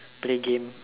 play game